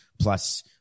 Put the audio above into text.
plus